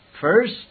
First